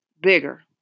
Bigger